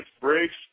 brakes